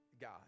God